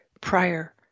prior